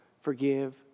forgive